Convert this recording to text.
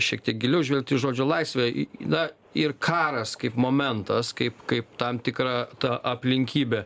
šiek tiek giliau žvelgt į žodžio laisvę į na ir karas kaip momentas kaip kaip tam tikra ta aplinkybė